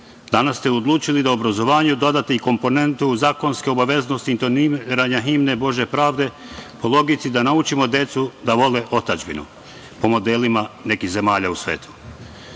Danas ste odlučili da obrazovanju dodate i komponentu zakonske obaveznosti intoniranja himne „Bože pravde“, po logici da naučimo decu da vole otadžbinu po modelima nekih zemalja u